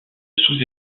sous